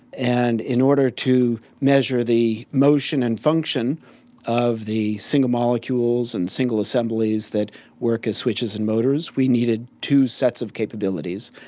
and in order to measure the motion and function of the single molecules and single assemblies that work as switches and motors we needed two sets of capabilities.